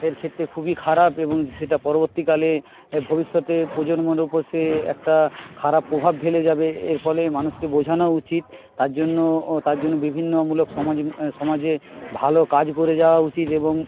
এর ক্ষেত্রে খুবই খারাপ এবং সেটা পরবর্তীকালে ভবিষ্যতে প্রজন্মর উপর সে একটা খারাপ প্রভাব ফেলে যাবে এর ফলে মানুষকে বোঝানো উচিত তার জন্য তার জন্য বিভিন্ন মূলক সমাজে সমাজে ভালো কাজ করে যাওয়া উচিত এবং